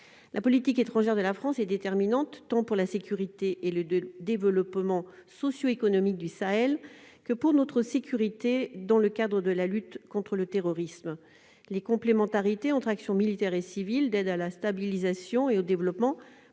La politique étrangère de la France est déterminante, tant pour la sécurité et le développement socio-économique du Sahel que pour notre sécurité, dans le cadre de la lutte contre le terrorisme. Les complémentarités entre actions militaire et civile d'aide à la stabilisation et au développement